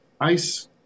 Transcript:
ice